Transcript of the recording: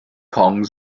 kong